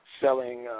selling